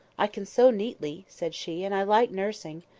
i can sew neatly, said she, and i like nursing.